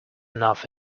enough